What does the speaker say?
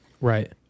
right